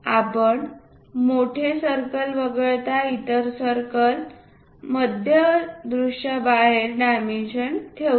आपण मोठे सर्कल वगळता इतर सर्कल मध्ये दृश्याबाहेर डायमेन्शन ठेवतो